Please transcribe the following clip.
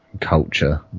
culture